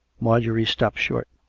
marjorie stopped short.